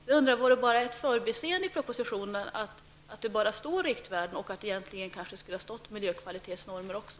Jag undrar därför om det bara var ett förbiseende i propositionen att det nu bara står riktvärden men att det egenligen kanske skulle ha stått miljökvalitetsnormer också?